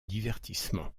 divertissement